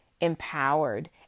empowered